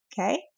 okay